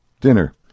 Dinner